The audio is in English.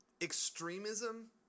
extremism